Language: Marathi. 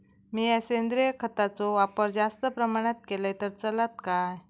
मीया सेंद्रिय खताचो वापर जास्त प्रमाणात केलय तर चलात काय?